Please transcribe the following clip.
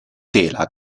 tela